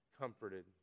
comforted